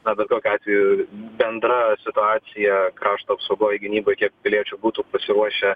na bet kokiu atveju bendra situacija krašto apsaugoj gynyboj kiek piliečių būtų pasiruošę